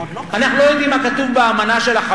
אנחנו לא רואים את הדברים,